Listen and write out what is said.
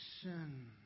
Sin